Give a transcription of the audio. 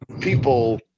people